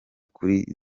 kuri